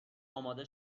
اماده